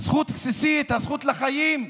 זכות בסיסית, הזכות לחיים,